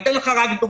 אתן לך דוגמה.